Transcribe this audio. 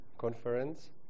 conference